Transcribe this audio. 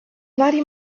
vari